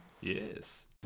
Yes